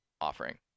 offering